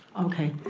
okay,